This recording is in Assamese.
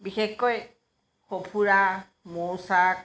বিশেষকৈ সঁফুৰা মৌচাক